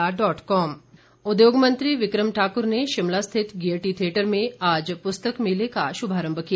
पुस्तक मेला उद्योग मंत्री विक्रम ठाकुर ने शिमला स्थित गेयटी थियेटर में आज प्रस्तक मेले का शुभारंभ किया